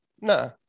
nah